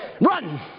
Run